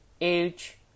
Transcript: age